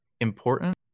important